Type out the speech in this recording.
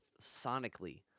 sonically